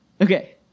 Okay